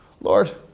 Lord